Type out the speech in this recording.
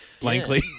blankly